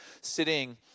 sitting